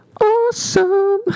awesome